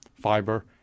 fiber